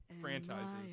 franchises